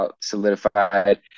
solidified